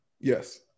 Yes